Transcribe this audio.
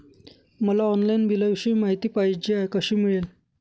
मला ऑनलाईन बिलाविषयी माहिती पाहिजे आहे, कशी मिळेल?